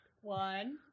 One